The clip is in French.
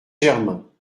germain